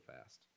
fast